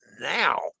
now